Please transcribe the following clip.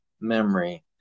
memory